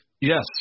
Yes